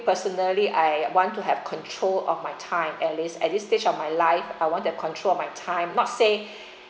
personally I want to have control of my time at least at this stage of my life I want to control my time not say